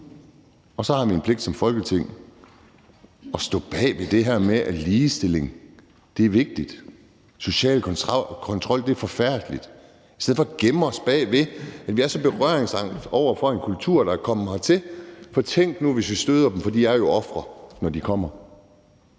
Og så har vi en pligt som Folketing til at stå bag det her med, at ligestilling er vigtigt, og at social kontrol er forfærdeligt, i stedet for at gemme os og være så berøringsangste over for en kultur, der er kommet hertil; tænk nu, hvis vi støder dem, for de er jo ofre, når de kommer.